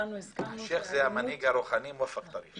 השייח' הוא המנהיג הרוחני מואפק טריף.